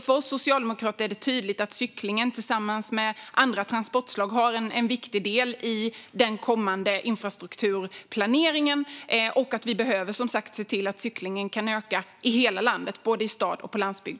För oss socialdemokrater är det tydligt att cyklingen tillsammans med andra transportslag har en viktig del i den kommande infrastrukturplaneringen. Vi behöver se till att cyklingen kan öka i hela landet, både i stad och på landsbygd.